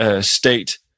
state